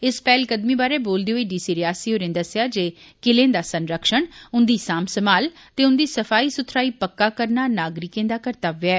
इस पैहलकदमी बारै बोलदे होई डी सी रियासी होरें दस्सेआ जे किलें दा संरक्षण उंदी सांम संभाल ते उन्दी सफाई सुथराई पक्का करना नागरिकें दा कर्त्तव्य ऐ